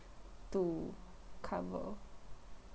to cover